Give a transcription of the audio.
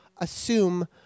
assume